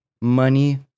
money